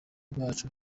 bacu